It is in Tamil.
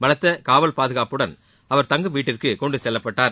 பலத்த காவல் பாதுகாப்புடன் அவர் தங்கும் வீட்டிற்கு கொண்டு செல்லப்பட்டார்